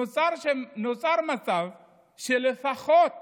נוצר מצב שלפחות